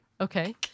Okay